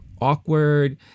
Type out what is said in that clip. awkward